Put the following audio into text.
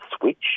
switch